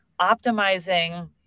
optimizing